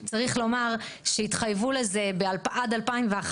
צריך לומר שהתחייבו לזה עד 2011,